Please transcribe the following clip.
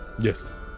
Yes